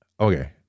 Okay